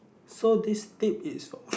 so this tip is